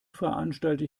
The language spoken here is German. veranstalte